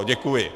Děkuji.